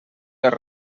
les